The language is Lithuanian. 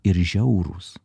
ir žiaurūs